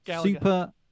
Super